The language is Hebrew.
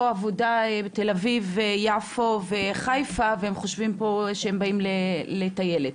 עבודה בתל אביב-יפו וחיפה והם חושבים שהם באים פה לטיילת,